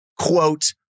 quote